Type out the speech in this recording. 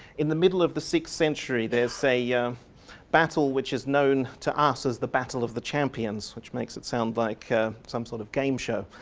in the middle of the sixth century there's a yeah battle which is known to us as the battle of the champions which makes it sound like some sort of gameshow.